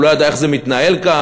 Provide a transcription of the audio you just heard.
הוא לא ידע איך זה מתנהל כאן,